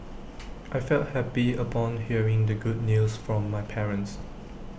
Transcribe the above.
I felt happy upon hearing the good news from my parents